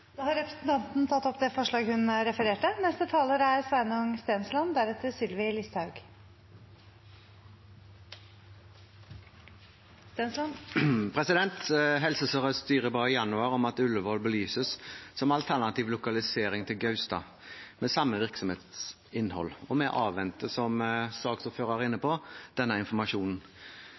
Helse Sør-Østs styre ba i januar om at Ullevål belyses som alternativ lokalisering til Gaustad, med samme virksomhetsinnhold. Vi avventer, som saksordføreren var inne på, denne informasjonen.